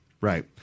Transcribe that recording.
Right